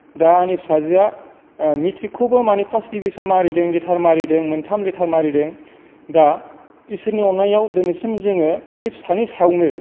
दा आंनि फिसाजोआ मेट्रिकखौबो माने फार्स्त दिभिजन मारिदों लेथार मारिदों मोनथाम लेथार मारिदों दा इसोरनि अननायाव दिनैसिम जोङो बे फिसानि सायावनो